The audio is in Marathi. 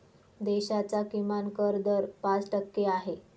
देशाचा किमान कर दर पाच टक्के आहे